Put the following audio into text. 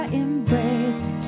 embrace